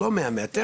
הוא לא 100 מטר.